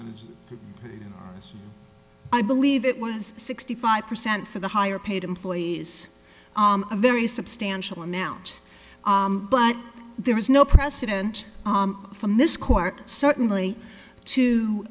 stock i believe it was sixty five percent for the higher paid employees a very substantial amount but there is no precedent from this court certainly to